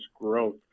growth